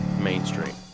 mainstream